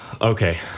okay